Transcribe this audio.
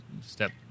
step